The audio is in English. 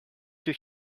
too